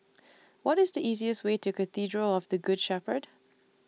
What IS The easiest Way to Cathedral of The Good Shepherd